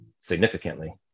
significantly